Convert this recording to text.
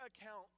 account